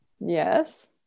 Yes